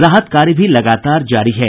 राहत कार्य भी लगातार जारी है